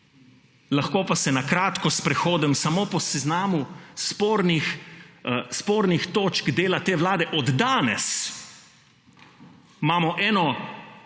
Lahko pa se na kratko sprehodim samo po seznamu spornih točk dela te vlade od danes. Imamo eno